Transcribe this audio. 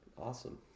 awesome